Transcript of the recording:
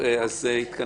אז,